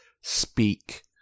speak